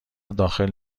داخل